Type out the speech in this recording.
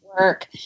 work